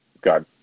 Got